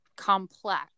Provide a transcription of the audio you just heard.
complex